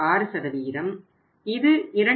6 இது 2